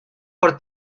por